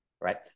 Right